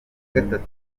gatatu